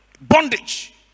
bondage